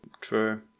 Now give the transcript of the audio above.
True